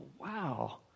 wow